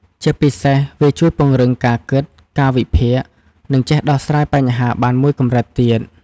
ជាពិសេស វាជួយពង្រឹងការគិត ការវិភាគ និងចេះដោះស្រាយបញ្ហាបានមួយកម្រិតទៀត។